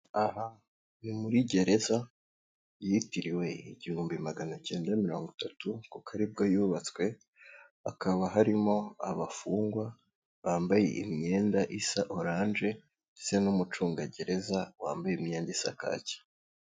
Aha ni muri gereza yitiriwe igihumbi, magana acyenda, mirongo itatu kuko aribwo yubatswe, hakaba harimo abafungwa bambaye imyenda isa oranje ndetse n'umucungagereza, wambaye imyenda isa kake.